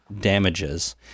damages